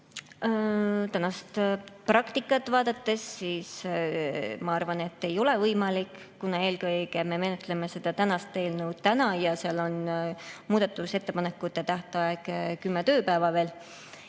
Tänast praktikat vaadates ma arvan, et ei ole võimalik, kuna eelkõige me menetleme seda tänast eelnõu täna ja seal on muudatusettepanekute tähtaeg 10 tööpäeva.